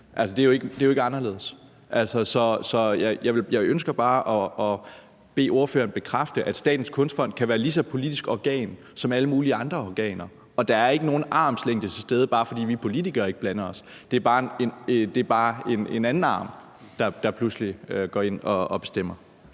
det er jo ikke anderledes. Så jeg ønsker bare at bede ordføreren bekræfte, at Statens Kunstfond kan være et lige så politisk organ som alle mulige andre organer, og at der ikke er nogen armslængde til stede, bare fordi vi politikere ikke blander os. Det er bare en anden, der pludselig går ind og bestemmer.